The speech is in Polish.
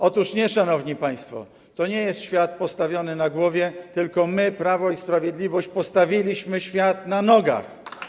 Otóż nie, szanowni państwo, to nie jest świat postawiony na głowie, tylko my, Prawo i Sprawiedliwość, postawiliśmy świat na nogach.